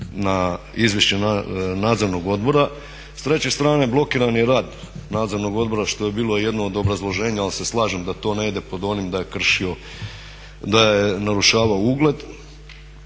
na izvješće nadzornog odbora. S treće strane blokiran je rad nadzornog odbora što je bilo i jedno od obrazloženja ali se slažem da to ne ide pod onim da je kršio, da